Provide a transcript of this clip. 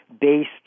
based